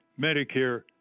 Medicare